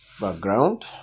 background